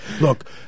Look